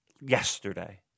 yesterday